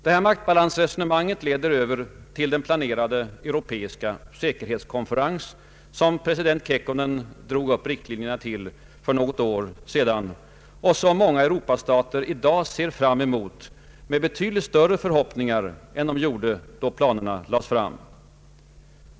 Detta maktbalansresonemang leder över till den planerade europeiska säkerhetskonferens som president Kekkonen drog upp riktlinjerna till för något år sedan och som många Europastater i dag ser fram emot med betydligt större förhoppningar än då planerna lades fram.